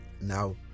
Now